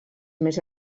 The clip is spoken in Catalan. més